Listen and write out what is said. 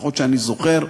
לפחות שאני זוכר.